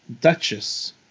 Duchess